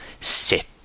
Sit